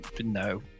no